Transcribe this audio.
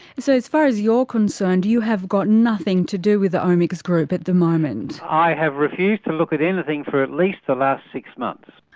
so as far as you're concerned you have got nothing to do with the omics group at the moment? i have refused to look at anything for at least the last six months.